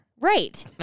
Right